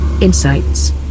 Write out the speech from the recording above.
Insights